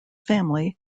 family